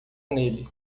nele